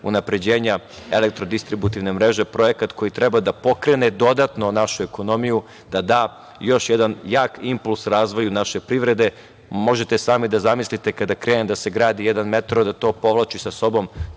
unapređenja elektrodistributivne mreže projekat koji treba da pokrene dodatno našu ekonomiju, da da još jedan jak inpuls razvoju naše privrede. Možete sami da zamislite kaka krene da se gradi jedan metro, da povlači sa sobom